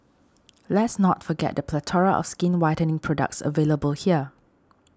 let's not forget the plethora of skin whitening products available here